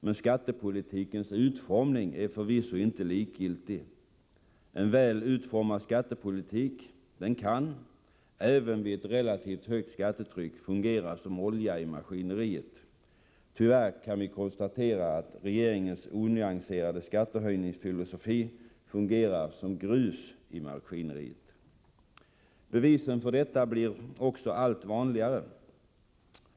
Men skattepolitikens utformning är förvisso inte likgiltig. En väl utformad skattepolitik kan — även vid ett relativt högt skattetryck — fungera som olja i maskineriet. Tyvärr kan vi konstatera att regeringens onyanserade skattehöjningsfilosofi fungerar som grus i maskineriet. Bevisen för detta blir allt vanligare.